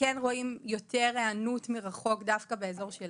כן רואים יותר הענות מרחוק דווקא באזור של